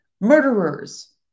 murderers